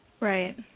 Right